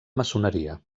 maçoneria